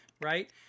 right